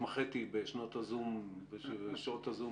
רשות המסים